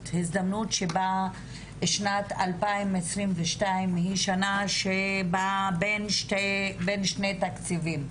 שבה שנת 2022 היא שנה שבאה בין שני תקציבים.